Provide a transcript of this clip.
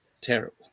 terrible